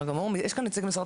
נציגת משרד